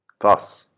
Thus